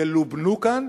ילובנו כאן,